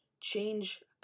change